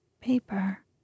paper